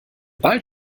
bald